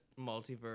Multiverse